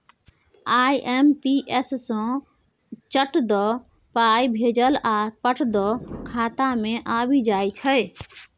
IMPS सँ चट दअ पाय भेजब आ पट दअ खाता मे आबि जाएत